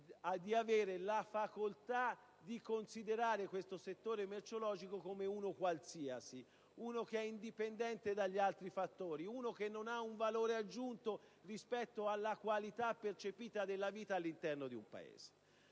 di librerie di considerare questo settore merceologico come uno qualsiasi, che è indipendente dagli altri fattori e che non ha un valore aggiunto rispetto alla qualità della vita percepita all'interno di un Paese.